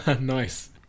Nice